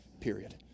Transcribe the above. period